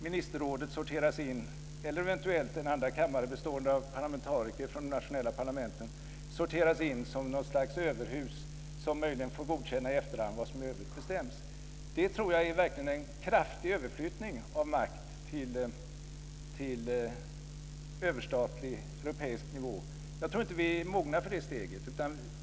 Vi får eventuellt en andra kammare bestående av parlamentariker från de nationella parlamenten eller av ministerrådet, som sorteras in som något slags överhus som möjligen får godkänna i efterhand vad som bestäms i övrigt. Det blir en kraftig överflyttning av makt till överstatlig europeisk nivå. Jag tror inte att vi är mogna för det steget.